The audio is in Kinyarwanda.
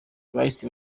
hahise